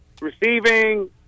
Receiving